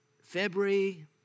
February